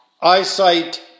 Eyesight